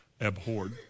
abhorred